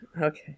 Okay